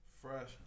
Fresh